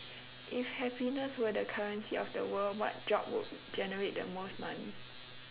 if happiness were the currency of the world what job would generate the most money